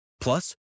Plus